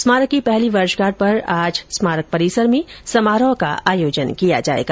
स्मारक की पहली वर्षगांठ पर आज स्मारक परिसर में समारोह का आयोजन किया जायेगा